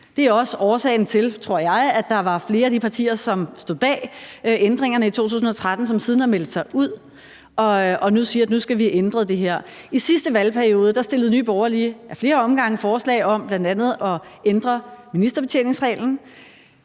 Det er også årsagen til, tror jeg, at der var flere af de partier, der stod bag ændringerne i 2013, som siden har meldt sig ud og nu siger: Nu skal vi have ændret det her. I sidste valgperiode fremsatte Nye Borgerlige ad flere omgange forslag om bl.a. at ændre ministerbetjeningsreglen.